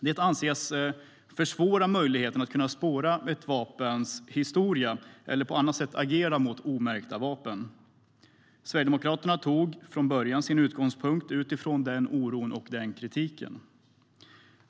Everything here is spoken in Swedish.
Det anses försvåra möjligheterna att spåra ett vapens historia eller på annat sätt agera mot omärkta vapen. Sverigedemokraterna har från början tagit sin utgångspunkt i den oron och den kritiken.